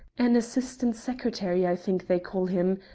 an assistant secretary i think they call him.